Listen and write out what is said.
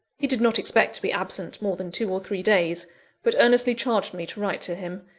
he did not expect to be absent more than two or three days but earnestly charged me to write to him,